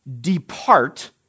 depart